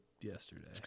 yesterday